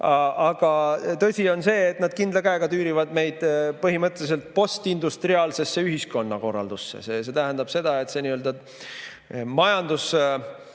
Aga tõsi on see, et nad kindla käega tüürivad meid põhimõtteliselt postindustriaalsesse ühiskonnakorraldusse. See tähendab seda, et see nii-öelda majandus,